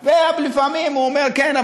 לפעמים הוא אומר: כן,